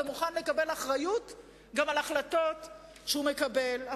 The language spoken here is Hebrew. ומוכן לקבל אחריות גם להחלטות שהוא מקבל.